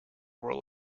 roll